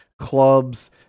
clubs